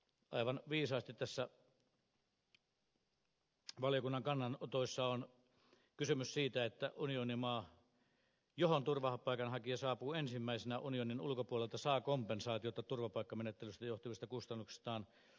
aivan viisaasti valiokunnan kannanotoissa on kysymys siitä että unionimaa johon turvapaikanhakija saapuu ensimmäisenä unionin ulkopuolelta saa kompensaatiota turvapaikkamenettelystä johtuvista kustannuksistaan unionilta